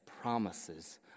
promises